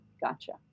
Gotcha